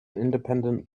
independent